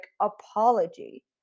apology